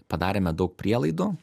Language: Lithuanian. padarėme daug prielaidų